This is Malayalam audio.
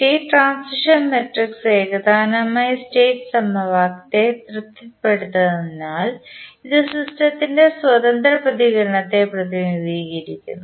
സ്റ്റേറ്റ് ട്രാൻസിഷൻ മാട്രിക്സ് ഏകതാനമായ സ്റ്റേറ്റ് സമവാക്യത്തെ തൃപ്തിപ്പെടുത്തുന്നതിനാൽ ഇത് സിസ്റ്റത്തിൻറെ സ്വതന്ത്ര പ്രതികരണത്തെ പ്രതിനിധീകരിക്കുന്നു